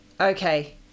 Okay